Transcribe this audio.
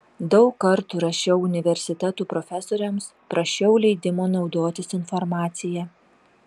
daug kartų rašiau universitetų profesoriams prašiau leidimo naudotis informacija